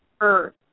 earth